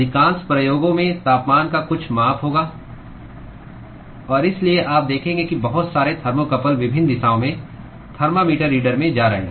अधिकांश प्रयोगों में तापमान का कुछ माप होगा और इसलिए आप देखेंगे कि बहुत सारे थर्मोकपल विभिन्न दिशाओं में थर्मामीटर रीडर में जा रहे हैं